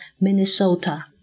Minnesota